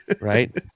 right